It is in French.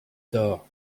door